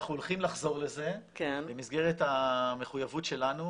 אנחנו הולכים לחזור לזה במסגרת המחויבות שלנו